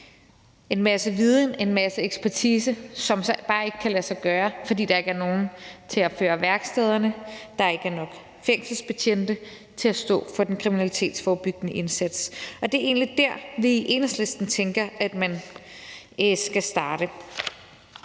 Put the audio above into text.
en masse viden, en masse ekspertise – som så bare ikke kan lade sig gøre, fordi der ikke er nogen til at føre værkstederne og der ikke er nok fængselsbetjente til at stå for den kriminalitetsforebyggende indsats. Det er egentlig der, vi i Enhedslisten tænker at man skal starte.